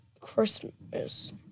Christmas